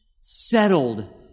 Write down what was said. settled